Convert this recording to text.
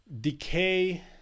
decay